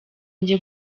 njye